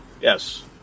Yes